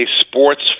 sports